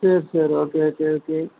சரி சரி okay okay okay